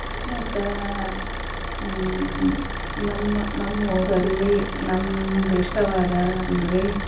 ಮತ್ತು ನಮ್ಮ ನಮ್ಮ ಊರಲ್ಲಿ ನಮ್ಗೆ ಇಷ್ಟವಾದ ಅಂದರೆ